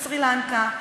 בסרי-לנקה,